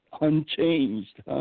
unchanged